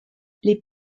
les